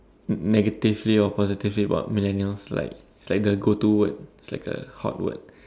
ne~ negatively or positively about millennials like it's like the go to word it's like a hot word